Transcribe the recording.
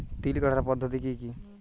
তিল কাটার পদ্ধতি কি কি?